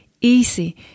easy